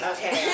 Okay